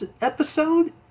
episode